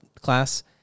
class